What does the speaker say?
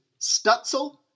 Stutzel